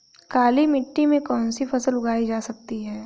काली मिट्टी में कौनसी फसल उगाई जा सकती है?